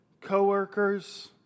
co-workers